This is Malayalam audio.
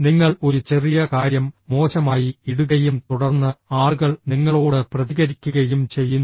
നിങ്ങൾ ഒരു ചെറിയ കാര്യം മോശമായി ഇടുകയും തുടർന്ന് ആളുകൾ നിങ്ങളോട് പ്രതികരിക്കുകയും ചെയ്യുന്നു